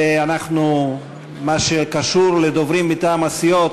ומה שקשור לדוברים מטעם הסיעות,